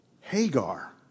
Hagar